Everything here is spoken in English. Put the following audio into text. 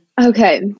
okay